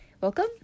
welcome